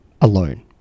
alone